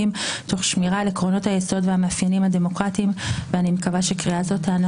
אז באמת יש שאלה מה אנחנו עושים במקרי הקצה.